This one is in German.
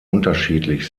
unterschiedlich